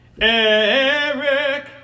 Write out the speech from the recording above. Eric